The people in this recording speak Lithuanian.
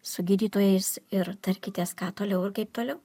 su gydytojais ir tarkitės ką toliau ir kaip toliau